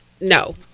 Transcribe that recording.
No